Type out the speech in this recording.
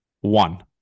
one